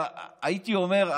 הייתי אומר,